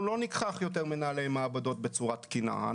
לקחת יותר מנהלי מעבדות בצורה תקינה,